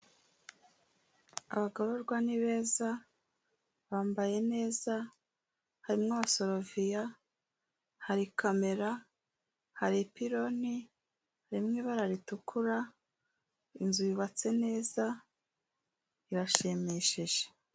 Abagororwa ni beza, bambaye neza, harimo abasoroviya, hari kamera, hari ipironi iri mu ibara ritukura, inzu yubatse neza irashimishije.